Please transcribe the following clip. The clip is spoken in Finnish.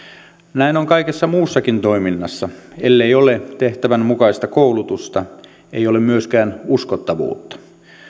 näin on kaikessa muussakin toiminnassa ellei ole tehtävän mukaista koulutusta ei ole myöskään uskottavuutta